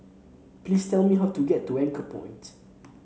please tell me how to get to Anchorpoint